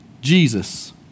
Jesus